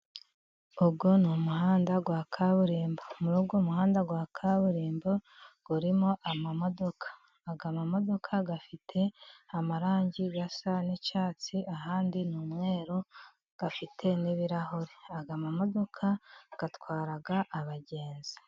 Uyu ni umuhanda wa kaburimbo, muri uyu muhanda wa kaburimbo urimo amamodoka, aya mamodoka afite amarangi asa n'icyatsi ahandi ni umweru, afite n'ibirahuri. Aya mamodoka atwara abagenzi.